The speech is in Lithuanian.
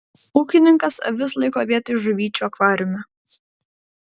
ūkininkas avis laiko vietoj žuvyčių akvariume